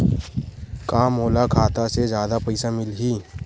का मोला खाता से जादा पईसा मिलही?